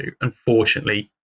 unfortunately